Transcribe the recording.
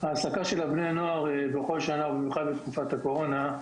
העסקת בני נוער בכל שנה, ובמיוחד בתקופת הקורונה,